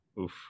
Oof